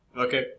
Okay